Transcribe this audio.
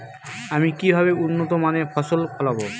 আমি কিভাবে উন্নত মানের ফসল ফলাবো?